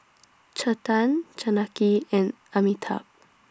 Chetan Janaki and Amitabh